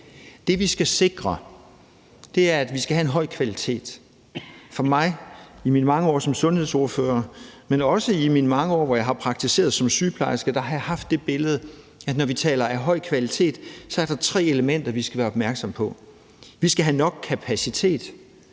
Det, vi skal sikre, er en høj kvalitet. I mine mange år som sundhedsordfører, men også i mine mange år, hvor jeg har praktiseret som sygeplejerske, har jeg haft det billede, at når vi taler om høj kvalitet, er der tre elementer, vi skal være opmærksomme på. Vi skal have nok kapacitet,